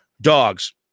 Dogs